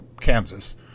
Kansas